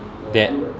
that